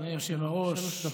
אדוני היושב-ראש,